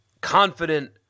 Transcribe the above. confident